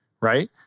right